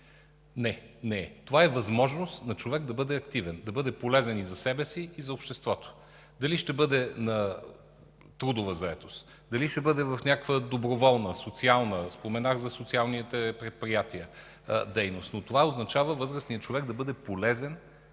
Не, това е възможност на човек да бъде активен, да бъде полезен и за себе си, и за обществото. Дали ще бъде на трудова заетост, дали ще бъде в някаква доброволна, социална дейност – споменах за социалните предприятия, това означава възрастният човек да е в